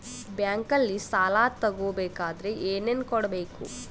ಬ್ಯಾಂಕಲ್ಲಿ ಸಾಲ ತಗೋ ಬೇಕಾದರೆ ಏನೇನು ಕೊಡಬೇಕು?